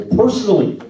personally